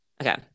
Okay